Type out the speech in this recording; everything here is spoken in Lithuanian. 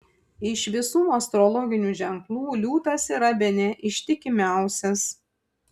iš visų astrologinių ženklų liūtas yra bene ištikimiausias